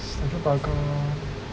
tanjong pagar